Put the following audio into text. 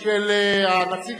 שב,